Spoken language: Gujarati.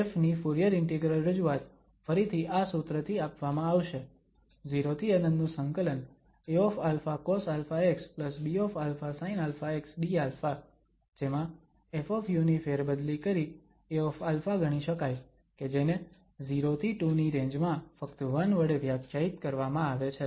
Ƒ ની ફુરીયર ઇન્ટિગ્રલ રજૂઆત ફરીવાર આ સૂત્રથી આપવામાં આવશે 0∫∞AαcosαxBαsinαxdα જેમાં ƒ ની ફેરબદલી કરી Aα ગણી શકાય કે જેને 0 થી 2 ની રેન્જ માં ફક્ત 1 વડે વ્યાખ્યાયિત કરવામાં આવે છે